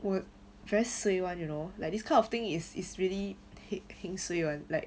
!wah! very suay [one] you know like this kind of thing is is really heng suay [one] like